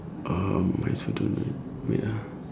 um I also don't wait ah